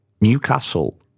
Newcastle